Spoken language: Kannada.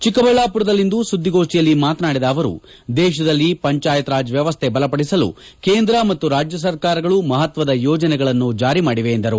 ಚಿಕ್ಕಬಳ್ಳಾಪುರದಲ್ಲಿಂದು ಸುದ್ದಿಗೋಷ್ಠಿಯಲ್ಲಿ ಮಾತನಾಡಿದ ಅವರು ದೇಶದಲ್ಲಿ ಪಂಚಾಯತ್ ರಾಜ್ ವ್ಕವಸ್ಥೆ ಬಲಪಡಿಸಲು ಕೇಂದ್ರ ಮತ್ತು ರಾಜ್ಯ ಸರ್ಕಾರಗಳು ಮಹತ್ವದ ಯೋಜನೆಗಳನ್ನು ಜಾರಿಮಾಡಿವೆ ಎಂದರು